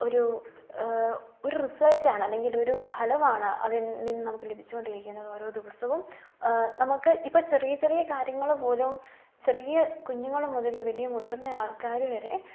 ഒരു ഒരു റിസൾട്ടാണ് അല്ലെങ്കിലൊരു ബലമാണ് അതിൽ നിന്ന് നമുക്ക് ലഭിച്ചു കൊണ്ടിരിക്കുന്നത് ഓരോ ദിവസവും നമുക്ക് ഇപ്പം ചെറിയ ചെറിയ കാര്യങ്ങൾ പോലും ചെറിയ കുഞ്ഞുങ്ങൾ മുതൽ വലിയ മുതിർന്ന ആൾക്കാർ വരെ